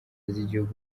z’igihugu